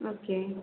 okay